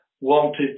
wanted